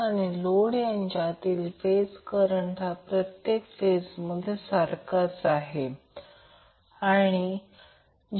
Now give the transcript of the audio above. तर ते 2 cos 30° असेल जे Vab ची मग्निट्यूड √3 असेल आणि हा कोन त्याचप्रमाणे 30° आहे